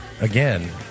again